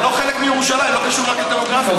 זה לא חלק מירושלים, לא קשור למאזן דמוגרפי.